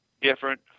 different